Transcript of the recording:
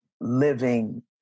living